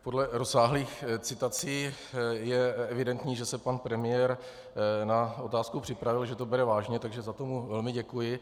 Podle rozsáhlých citací je evidentní, že se pan premiér na otázku připravil, že to bere vážně, takže za to mu velmi děkuji.